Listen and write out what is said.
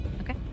Okay